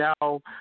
No